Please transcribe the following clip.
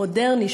המודרני,